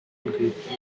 grip